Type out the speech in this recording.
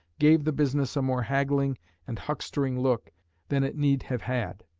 gave the business a more haggling and huckstering look than it need have had.